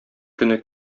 көне